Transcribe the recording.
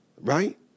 Right